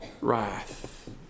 wrath